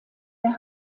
der